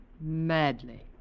Madly